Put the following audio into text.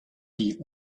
die